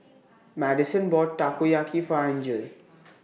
Madisen bought Takoyaki For Angele